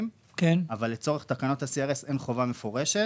אבל לצורך תקנות ה-CRS אין חובה מפורשת.